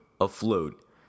afloat